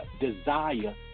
desire